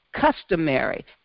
customary